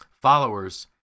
Followers